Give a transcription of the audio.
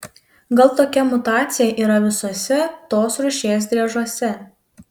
gal tokia mutacija yra visuose tos rūšies driežuose